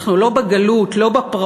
אנחנו לא בגלות, לא בפרעות.